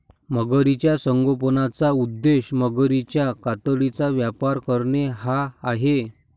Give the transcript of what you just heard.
मगरीच्या संगोपनाचा उद्देश मगरीच्या कातडीचा व्यापार करणे हा आहे